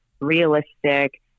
realistic